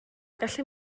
gallu